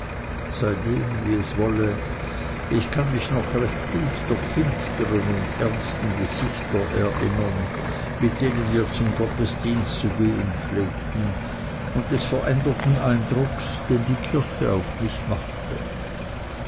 wie es wollte ich kann mich noch recht gut der finstern und ernsten gesichter erinnern mit denen wir zum gottesdienst zu gehen pflegten und des veränderten eindrucks den die kirche auf mich machte